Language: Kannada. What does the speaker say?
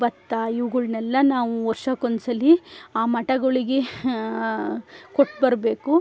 ಭತ್ತ ಇವುಗಳ್ನೆಲ್ಲ ನಾವು ವರ್ಷಕ್ಕೊಂದ್ಸಲ ಆ ಮಠಗಳಿಗೆ ಕೊಟ್ಟುಬರ್ಬೇಕು